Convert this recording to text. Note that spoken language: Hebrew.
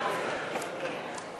(4)